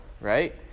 right